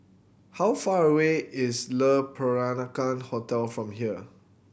how far away is Le Peranakan Hotel from here